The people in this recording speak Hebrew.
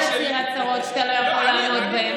אל תצהיר הצהרות שאתה לא יכול לעמוד בהן.